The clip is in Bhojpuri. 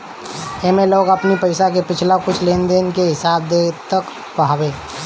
एमे लोग अपनी पईसा के पिछला कुछ लेनदेन के हिसाब देखत हवे